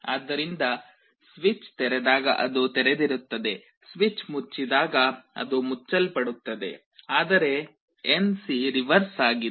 ಆದ್ದರಿಂದ ಸ್ವಿಚ್ ತೆರೆದಾಗ ಅದು ತೆರೆದಿರುತ್ತದೆ ಸ್ವಿಚ್ ಮುಚ್ಚಿದಾಗ ಅದು ಮುಚ್ಚಲ್ಪಡುತ್ತದೆ ಆದರೆ NC ರಿವರ್ಸ್ ಆಗಿದೆ